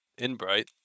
Inbright